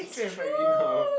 you trying to fight with me now